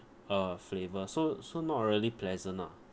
uh flavour so so not really pleasant ah